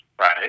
right